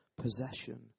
possession